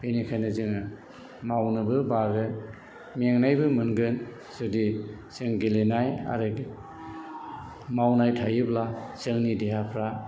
बेनिखायनो जोङो मावनोबो बागोन मेंनायबो मोनगोन जुदि जों गेलेनाय आरो मावनाय थायोब्ला जोंनि देहाफ्रा